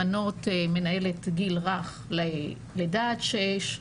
למנות מנהלת גיל רך ללידה עד שש,